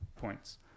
points